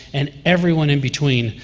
and everyone in between,